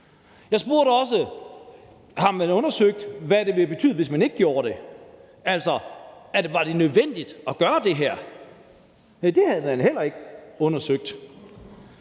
Jeg spurgte også: Har man undersøgt, hvad det vil betyde, hvis man ikke gjorde det? Altså, var det nødvendigt at gøre det her? Men det havde man heller ikke undersøgt.